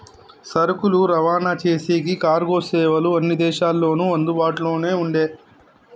సరుకులు రవాణా చేసేకి కార్గో సేవలు అన్ని దేశాల్లోనూ అందుబాటులోనే ఉండే